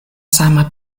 sama